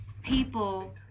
people